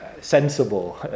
sensible